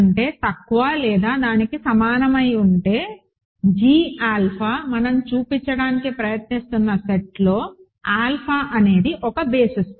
m n 1 అయితే g alpha మనం చూపడానికి ప్రయత్నిస్తున్న సెట్లో ఆల్ఫా అనేది ఒక బేసిస్